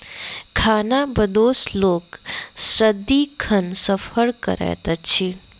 खानाबदोश लोक सदिखन सफर करैत अछि